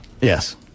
yes